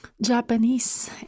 Japanese